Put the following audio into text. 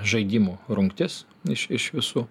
žaidimų rungtis iš iš visų